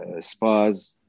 spas